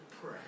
pray